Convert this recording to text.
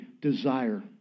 desire